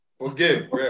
Okay